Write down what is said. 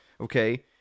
okay